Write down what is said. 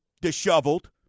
disheveled